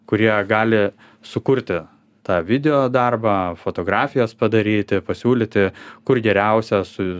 kurie gali sukurti tą video darbą fotografijas padaryti pasiūlyti kur geriausia su